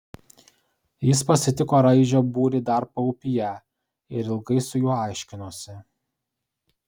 jis pasitiko raižio būrį dar paupyje ir ilgai su juo aiškinosi